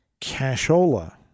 cashola